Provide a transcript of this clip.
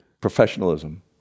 professionalism